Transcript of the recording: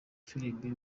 filime